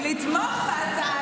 ממש לא.